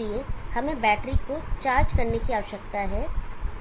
इसलिए हमें बैटरी को चार्ज करने की आवश्यकता है